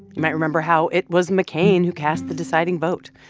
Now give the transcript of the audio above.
you might remember how it was mccain who cast the deciding vote,